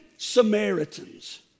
Samaritans